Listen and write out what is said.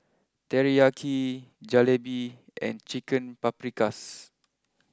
Teriyaki Jalebi and Chicken Paprikas